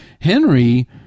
Henry